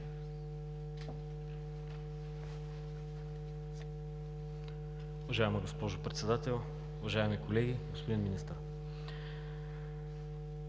Уважаема госпожо Председател, уважаеми колеги, господин Министър!